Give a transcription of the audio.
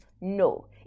No